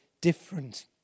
different